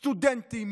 סטודנטים,